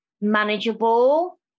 manageable